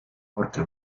porque